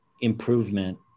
improvement